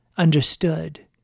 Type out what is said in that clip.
understood